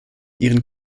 ihren